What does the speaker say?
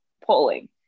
polling